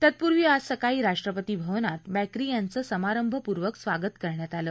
तत्पूर्वी आज सकाळी राष्ट्रपती भवनात मॅक्री यांच समारभपूर्वक स्वागत करण्यात आलं